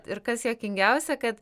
ir kas juokingiausia kad